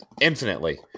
infinitely